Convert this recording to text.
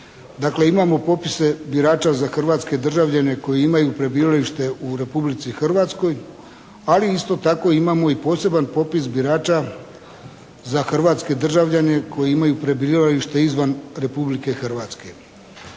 imamo popise birača za hrvatske državljane koji imaju prebivalište u Republici Hrvatskoj, ali isto tako imamo i poseban popis birača za hrvatske državljane koji imaju prebivalište izvan Republike Hrvatske.